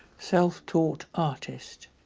self-taught artist.